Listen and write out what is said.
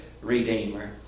Redeemer